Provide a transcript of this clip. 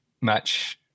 match